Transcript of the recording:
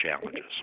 challenges